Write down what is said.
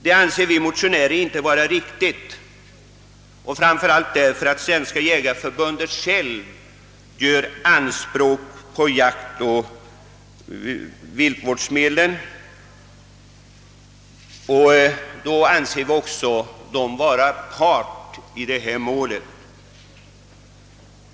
Detta finner inte vi motionärer vara riktigt, framför allt därför att Svenska jägareförbundet självt gör anspråk på jaktoch viltvårdsmedlen och enligt vår mening således är part i målet.